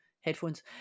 headphones